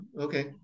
Okay